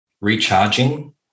recharging